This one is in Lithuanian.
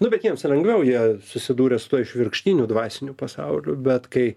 nu bet jiems lengviau jie susidūrę su tuo išvirkštiniu dvasiniu pasauliu bet kai